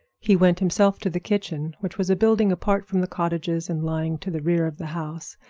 he went himself to the kitchen, which was a building apart from the cottages and lying to the rear of the house.